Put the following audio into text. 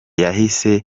yahise